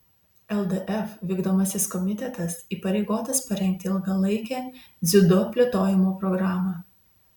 ldf vykdomasis komitetas įpareigotas parengti ilgalaikę dziudo plėtojimo programą